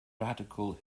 radical